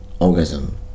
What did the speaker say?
orgasm